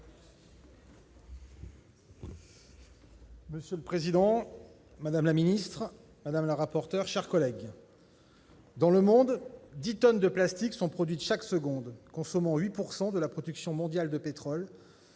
Monsieur le président, madame la secrétaire d'État, mes chers collègues, dans le monde, 10 tonnes de plastique sont produites chaque seconde, consommant 8 % de la production mondiale de pétrole.